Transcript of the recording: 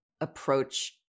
approach